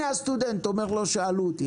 הסטודנט אומר שלא שאלו אותו.